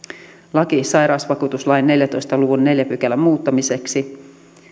laki sairausvakuutuslain neljäntoista luvun neljännen pykälän muuttamiseksi